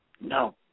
No